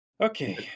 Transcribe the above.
Okay